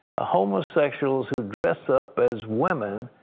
ah homosexuals who dress up as women,